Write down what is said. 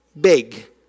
Big